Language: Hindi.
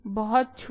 बहुत छोटा